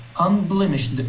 unblemished